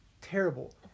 terrible